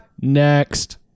next